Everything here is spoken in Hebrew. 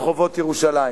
ברחובות ירושלים.